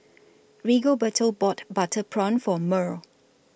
Rigoberto bought Butter Prawn For Mearl